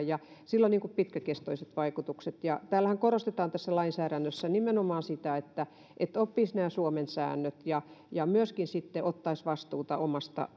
ja sillä on pitkäkestoiset vaikutukset ja tässä lainsäädännössähän korostetaan nimenomaan sitä että että oppisi nämä suomen säännöt ja sitten myöskin ottaisi vastuuta omasta